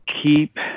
keep